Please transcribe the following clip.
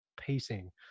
pacing